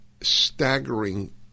staggering